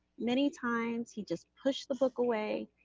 many times he'd just push the book away,